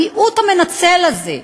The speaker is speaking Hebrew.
המיעוט המנצל הזה,